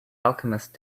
alchemist